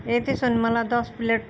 ए त्यसो हो भने मलाई दस प्लेट